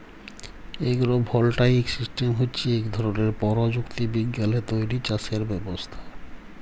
agro voltaic system হছে ইক ধরলের পরযুক্তি বিজ্ঞালে তৈরি চাষের ব্যবস্থা